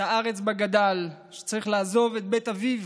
את הארץ שבה גדל, צריך לעזוב את בית אביו,